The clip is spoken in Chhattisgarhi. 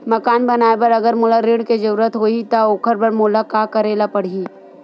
मकान बनाये बर अगर मोला ऋण के जरूरत होही त ओखर बर मोला का करे ल पड़हि?